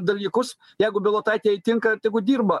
dalykus jeigu bilotaitei tinka tegu dirba